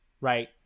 Right